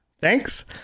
thanks